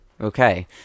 Okay